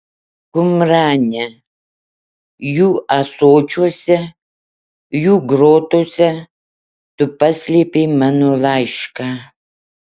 kumrane jų ąsočiuose jų grotose tu paslėpei mano laišką